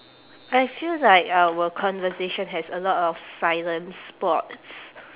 I feel like our conversation has a lot of silent spots